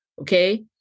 Okay